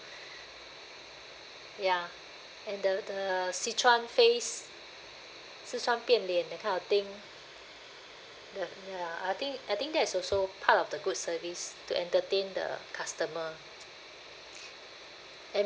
ya and the the sichuan face sichuan bian lian that kind of thing the ya I think I think that is also part of the good service to entertain the customer and